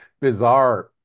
bizarre